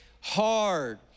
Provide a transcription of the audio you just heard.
hard